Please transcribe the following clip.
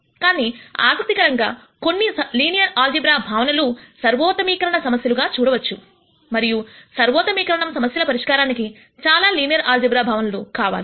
కానీ ఆసక్తికరంగా గా కొన్నిలీనియర్ ఆల్జీబ్రా భావనలు సర్వోత్తమీకరణ సమస్యలుగా చూడవచ్చు మరియు సర్వోత్తమీకరణం సమస్యల పరిష్కారానికి చాలా లీనియర్ ఆల్జీబ్రా భావనలు కావాలి